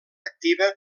activa